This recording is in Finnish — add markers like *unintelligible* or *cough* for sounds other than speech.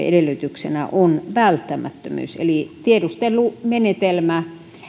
*unintelligible* edellytyksenä on välttämättömyys eli tiedustelumenetelmää